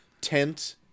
tent